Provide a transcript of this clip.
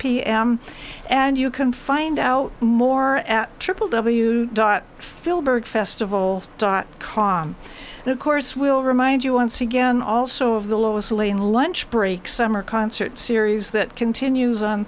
pm and you can find out more at triple w dot filbert festival dot com and of course will remind you once again also of the lois lane lunch break summer concert series that continues on